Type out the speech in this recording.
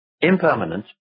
Impermanent